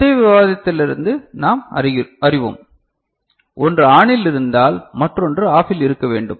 முந்தைய விவாதத்திலிருந்து நாம் அறிவோம் ஒன்று ஆனில் இருந்தால் மற்றொன்று ஆஃபில் இருக்க வேண்டும்